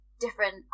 different